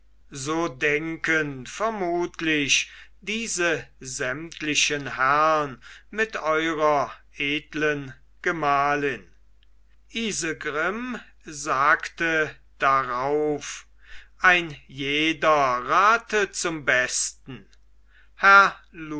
so denken vermutlich diese sämtlichen herrn mit eurer edlen gemahlin isegrim sagte darauf ein jeder rate zum besten herr